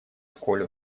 колю